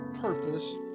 purpose